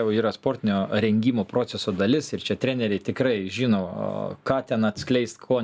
jau yra sportinio rengimo proceso dalis ir čia treneriai tikrai žino ką ten atskleist ko